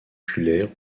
oculaires